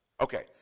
Okay